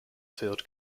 field